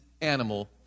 animal